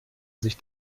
sich